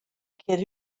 kid